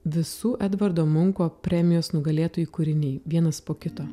visų edvardo munko premijos nugalėtojų kūriniai vienas po kito